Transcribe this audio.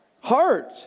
heart